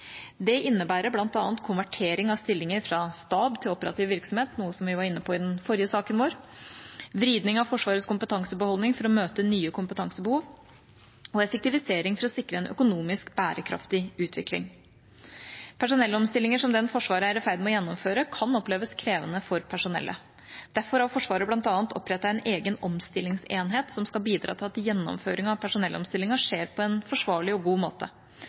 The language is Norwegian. Det innebærer bl.a. konvertering av stillinger fra stab til operativ virksomhet – noe vi var inne på i den forrige saken vår – vridning av Forsvarets kompetansebeholdning for å møte nye kompetansebehov og effektivisering for å sikre en økonomisk bærekraftig utvikling. Personellomstillinger, som den Forsvaret er i ferd med å gjennomføre, kan oppleves krevende for personellet. Derfor har Forsvaret bl.a. opprettet en egen omstillingsenhet som skal bidra til at gjennomføringen av personellomstillingen skjer på en forsvarlig og god måte.